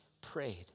prayed